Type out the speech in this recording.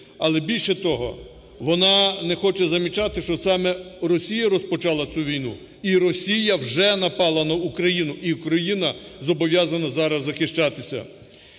але більше того, вона не хоче замічати, що саме Росія розпочала цю війну, і Росія вже напала на Україну, і Україна зобов'язана зараз захищатися.